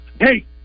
hey